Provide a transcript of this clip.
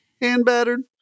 Hand-battered